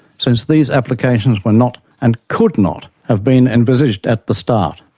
since these applications were not, and could not have been, envisaged at the start.